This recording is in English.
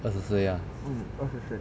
二十岁 ah